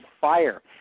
fire